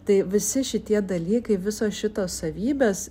tai visi šitie dalykai visos šitos savybės